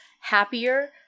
happier